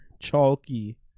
Chalky